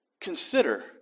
consider